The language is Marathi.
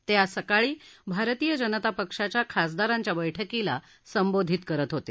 ते आज सकाळी भारतीय जनता पक्षाच्या खासदारांच्या बैठकीला संबोधित करत होते